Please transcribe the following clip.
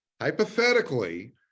hypothetically